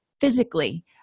physically